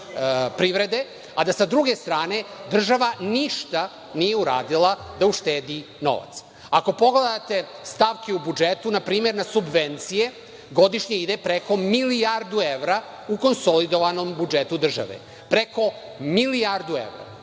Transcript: privrede, a s druge strane država ništa nije uradila da uštedi novac. Ako pogledate stavke u budžetu, npr. na subvencije godišnje ide preko milijardu evra u konsolidovanom budžetu države, preko milijardu evra.